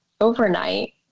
overnight